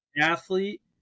athlete